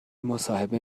مصاحبه